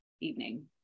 evening